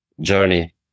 journey